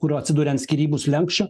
kur atsiduria ant skyrybų slenksčio